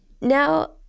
Now